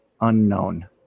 unknown